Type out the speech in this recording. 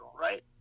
right